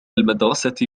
المدرسة